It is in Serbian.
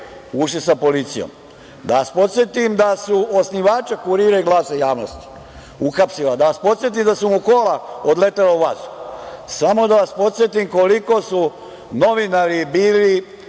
ušli sa policijom. Da vas podsetim da su osnivača Kurira i Glasa javnosti uhapsili. Da vas podsetim da su mu kola odletela u vazduh. Samo da vas podsetim koliko su novinari bili